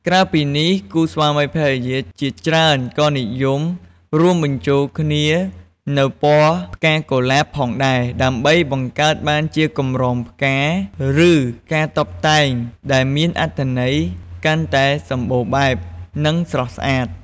ក្រៅពីនេះ គូស្វាមីភរិយាជាច្រើនក៏និយម រួមបញ្ចូលគ្នានូវពណ៌ផ្កាកុលាប ផងដែរ ដើម្បីបង្កើតបានជាកម្រងផ្កា ឬការតុបតែងដែលមានអត្ថន័យកាន់តែសម្បូរបែប និងស្រស់ស្អាត។